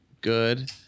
good